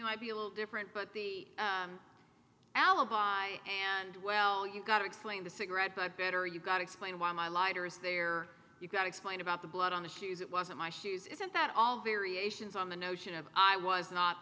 might be a little different but the alibi and well you've got to explain the cigarette but better you got explain why my lighter is there you got explain about the blood on the shoes it wasn't my shoes isn't that all variations on the notion of i was not